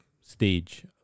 stage